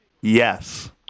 yes